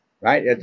right